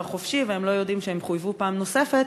חופשי והם לא יודעים שהם חויבו פעם נוספת,